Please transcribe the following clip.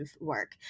work